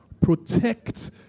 Protect